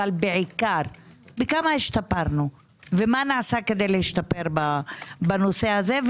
אבל בעיקר - כמה השתפרנו ומה נעשה כדי להשתפר בנושא הזה,